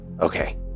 okay